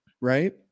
right